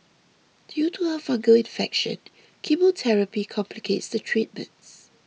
due to her fungal infection chemotherapy complicates the treatments